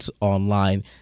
online